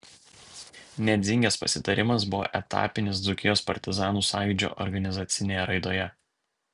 nedzingės pasitarimas buvo etapinis dzūkijos partizanų sąjūdžio organizacinėje raidoje